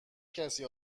کسی